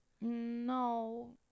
No